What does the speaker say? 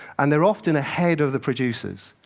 and they're often ahead of the producers.